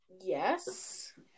Yes